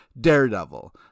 Daredevil